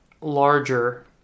larger